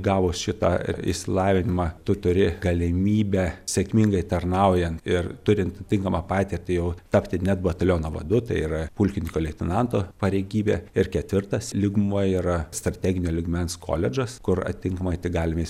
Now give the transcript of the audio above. gavus šitą išsilavinimą tu turi galimybę sėkmingai tarnaujan ir turint atitinkamą patirtį jau tapti net bataliono vadu tai yra pulkininko leitenanto pareigybė ir ketvirtas lygmuo yra strateginio lygmens koledžas kur atitinkamai tik galim